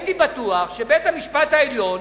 שבית-המשפט העליון